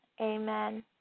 Amen